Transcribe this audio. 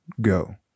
go